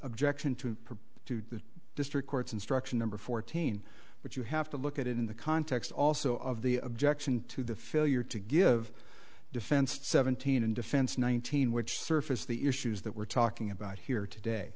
objection to to the district court's instruction number fourteen which you have to look at in the context also of the objection to the failure to give defense seventeen in defense nineteen which surface the issues that we're talking about here today